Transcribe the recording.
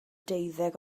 deuddeg